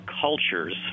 cultures